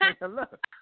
look